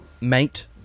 Mate